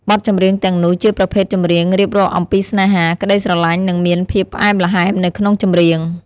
បទចម្រៀងទាំងនោះជាប្រភេទចម្រៀងរៀបរាប់អំពីស្នេហា ក្តីស្រឡាញ់និងមានភាពផ្អែមល្ហែមនៅក្នុងចម្រៀង។